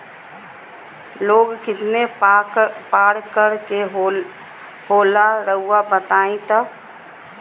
Loan कितने पारकर के होला रऊआ बताई तो?